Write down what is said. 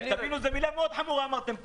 זאת מילה מאוד חמורה שאמרתם פה.